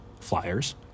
flyers